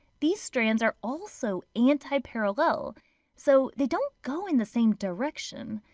these strands are also anti-parallel so they don't go in the same direction.